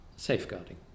Safeguarding